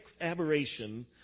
aberration